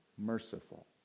merciful